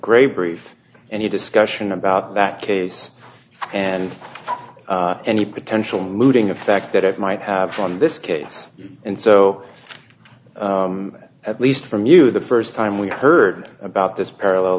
great brief and a discussion about that case and any potential moving effect that it might have on this case and so that at least from you the first time we heard about this parallel